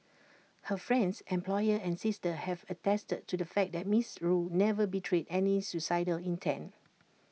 her friends employer and sister have attested to the fact that miss rue never betrayed any suicidal intent